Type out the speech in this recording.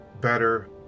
better